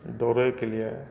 दौड़ैके लिए